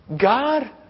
God